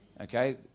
okay